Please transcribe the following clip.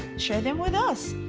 share them with us!